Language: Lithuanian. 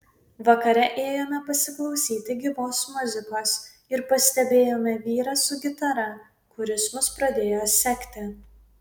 vakare ėjome pasiklausyti gyvos muzikos ir pastebėjome vyrą su gitara kuris mus pradėjo sekti